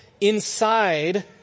inside